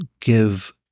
give